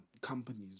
companies